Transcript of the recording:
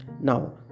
now